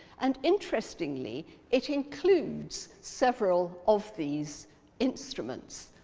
and interestingly it includes several of these instruments.